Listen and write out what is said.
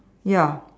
ya